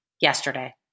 yesterday